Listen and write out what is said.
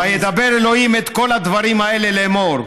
"וידבר ה' את כל הדברים האלה לאמֹר,